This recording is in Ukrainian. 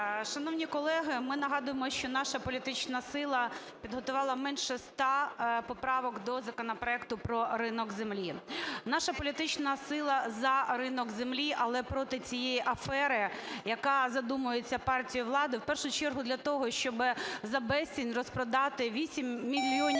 Шановні колеги, ми нагадуємо, що наша політична сила підготувала менше ста поправок до законопроекту про ринок землі. Наша політична сила за ринок землі, але проти цієї афери, яка задумується партією влади в першу чергу для того, щоби за безцінь розпродати 8 мільйонів